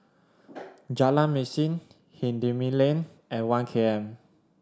Jalan Mesin Hindhede Lane and One K M